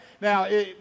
Now